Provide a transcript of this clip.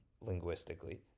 linguistically